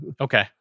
Okay